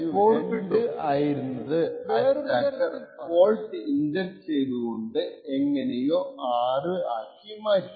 വേറൊരുതരത്തിൽ പറഞ്ഞാൽ a യുടെ value 2 ആയിരുന്നത് അറ്റാക്കർ ഫോൾട്ട് ഇൻജെക്റ്റ് ചെയ്തുകൊണ്ട് എങ്ങനെയോ 6 ആക്കി മാറ്റി